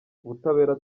ubutabera